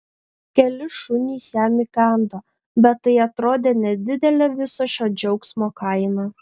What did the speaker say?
keli šunys jam įkando bet tai atrodė nedidelė viso šio džiaugsmo kaina